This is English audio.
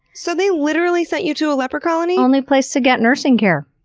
so they literally sent you to a leper colony! only place to get nursing care!